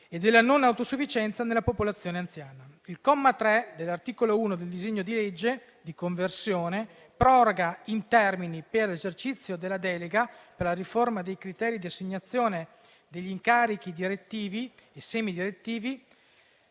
e della non autosufficienza nella popolazione anziana. Il comma 3 dell'articolo 1 del disegno di legge di conversione proroga i termini per l'esercizio della delega per la riforma dei criteri di assegnazione degli incarichi direttivi e semidirettivi,